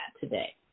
today